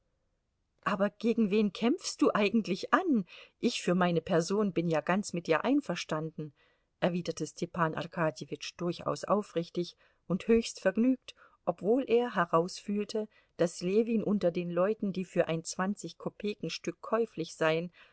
aber gegen wen kämpfst du eigentlich an ich für meine person bin ja ganz mit dir einverstanden erwiderte stepan arkadjewitsch durchaus aufrichtig und höchst vergnügt obwohl er herausfühlte daß ljewin unter den leuten die für ein zwanzigkopekenstück käuflich seien